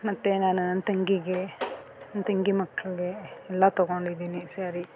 ಮತ್ತು ನಾನು ನನ್ನ ತಂಗಿಗೆ ನನ್ನ ತಂಗಿ ಮಕ್ಕಳಿಗೆ ಎಲ್ಲ ತಗೊಂಡಿದೀನಿ ಸ್ಯಾರಿ